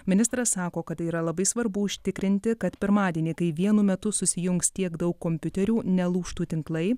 ministras sako kad tai yra labai svarbu užtikrinti kad pirmadienį kai vienu metu susijungs tiek daug kompiuterių nelūžtų tinklai